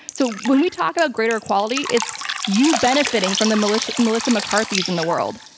so when we talk about greater equality it's you benefiting from the melissa melissa mccarthy's in the world.